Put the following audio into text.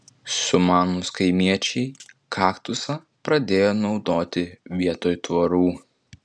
sumanūs kaimiečiai kaktusą pradėjo naudoti vietoj tvorų